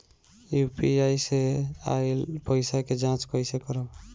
UPI से आइल पईसा के जाँच कइसे करब?